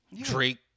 Drake